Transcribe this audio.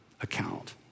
account